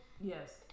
Yes